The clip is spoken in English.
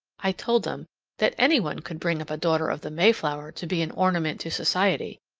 i told them that any one could bring up a daughter of the mayflower to be an ornament to society,